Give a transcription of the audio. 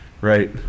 right